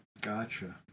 Gotcha